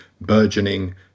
burgeoning